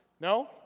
No